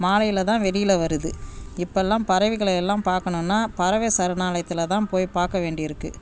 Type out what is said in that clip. மாலையில் தான் வெளியில வருது இப்போல்லாம் பறவைகளையெல்லாம் பார்க்கணுன்னா பறவை சரணாலயத்தில் தான் போய் பார்க்க வேண்டி இருக்குது